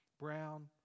Brown